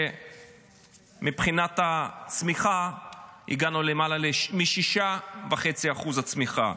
ומבחינת הצמיחה הגענו למעלה מ-6.5% צמיחה.